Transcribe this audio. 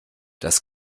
das